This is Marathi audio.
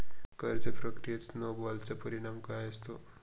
कर्ज प्रक्रियेत स्नो बॉलचा परिणाम काय असतो?